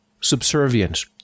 subservience